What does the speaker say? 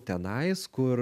tenais kur